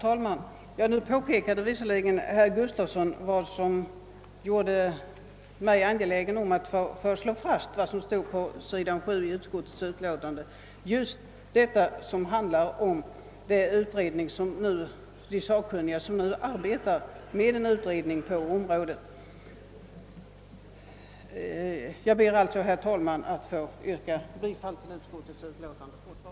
Herr talman! Nu påpekade verkligen herr Gustafsson i Borås det som gjorde mig angelägen om att få slå fast vad som står på s. 7 i utskottets utlåtande, nämligen just detta att sakkunniga redan arbetar med en utredning på området. Herr talman! Jag ber att ännu en gång få yrka bifall till utskottets hemställan.